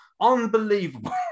Unbelievable